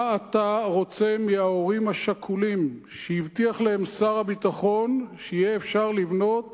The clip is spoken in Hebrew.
מה אתה רוצה מההורים השכולים ששר הביטחון הבטיח להם שיהיה אפשר לבנות